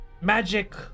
magic